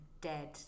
dead